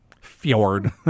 Fjord